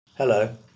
Hello